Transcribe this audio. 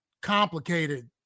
complicated